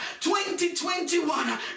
2021